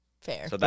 Fair